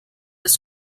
des